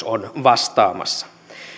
on vastaamassa